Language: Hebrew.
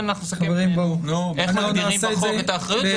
צריך להחליט איך מגדירים בחוק את האחריות.